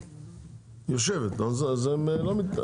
יושבת, אז מה,